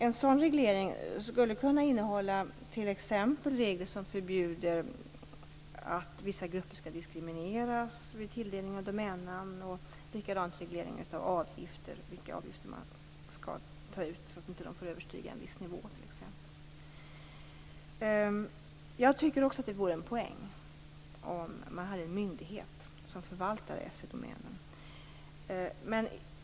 En sådan reglering skulle kunna innehålla t.ex. regler som förbjuder att vissa grupper diskrimineras vid tilldelning av domännamn. Samma sak vid reglering av vilka avgifter man tar ut, de får inte överstiga en viss nivå. Jag tycker också att det vore en poäng om man hade en myndighet som förvaltade .se-domänen.